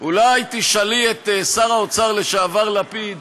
אולי תשאלי את שר האוצר לשעבר לפיד